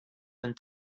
and